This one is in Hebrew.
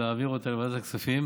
ולהעביר אותה לוועדת הכספים.